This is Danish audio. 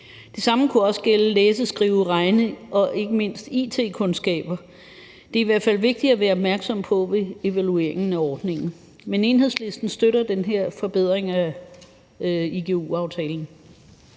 Det samme kunne også gælde læse-, skrive-, regne- og ikke mindst it-kundskaber. Det er i hvert fald vigtigt at være opmærksom på det ved evalueringen af ordningen. Men Enhedslisten støtter den her forbedring af igu-aftalen.